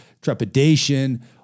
trepidation